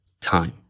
time